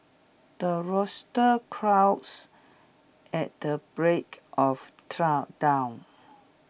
the rooster crows at the break of dawn